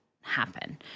happen